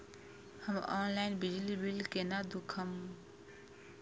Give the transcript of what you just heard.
हम ऑनलाईन बिजली बील केना दूखमब?